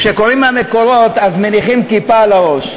כשקוראים מהמקורות אז מניחים כיפה על הראש.